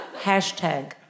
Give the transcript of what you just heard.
Hashtag